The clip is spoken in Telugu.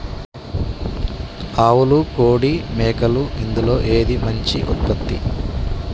ఆవులు కోడి మేకలు ఇందులో ఏది మంచి ఉత్పత్తి?